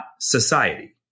society